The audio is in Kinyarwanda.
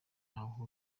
ntaho